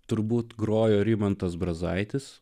turbūt grojo rimantas brazaitis